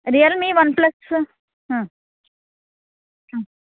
Realme one plus ಹಾಂ ಹ್ಞೂ